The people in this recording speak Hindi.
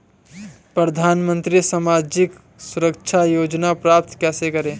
प्रधानमंत्री सामाजिक सुरक्षा योजना प्राप्त कैसे करें?